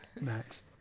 Max